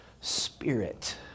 Spirit